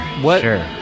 sure